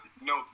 No